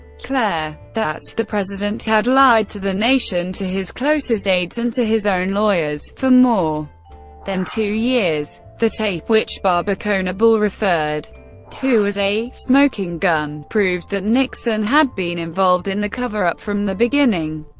clair, that the president had lied to the nation, to his closest aides, and to his own lawyers for more than two years. the tape, which barber conable referred to as a smoking gun, proved that nixon had been involved in the cover-up from the beginning.